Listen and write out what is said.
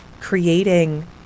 creating